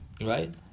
right